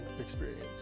experience